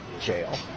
jail